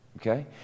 Okay